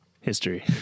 History